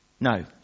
No